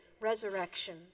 resurrection